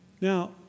Now